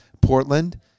Portland